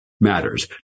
matters